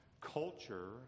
culture